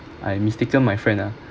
I mistaken my friend ah